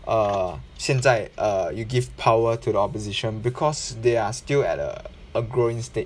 err 现在 err you give power to the opposition because they are still at a a growing state